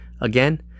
Again